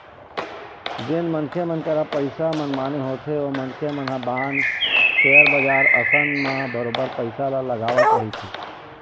जेन मनखे मन करा पइसा मनमाने होथे ओ मनखे मन ह बांड, सेयर बजार असन म बरोबर पइसा ल लगावत रहिथे